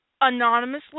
anonymously